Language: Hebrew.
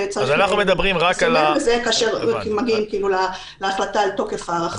וצריך --- בזה כאשר מגיעים להחלטה על תוקף ההארכה האחרונה.